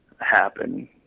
happen